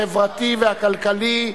החברתי והכלכלי.